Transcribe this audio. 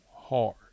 hard